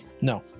no